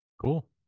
cool